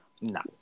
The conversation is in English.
No